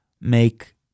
make